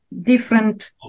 different